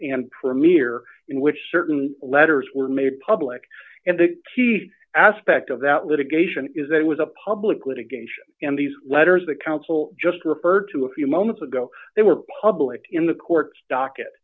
and premier in which certain letters were made public and the keys aspect of that litigation is that it was a public litigation and these letters the council just referred to a few moments ago they were public in the court's docket